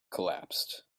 collapsed